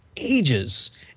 Ages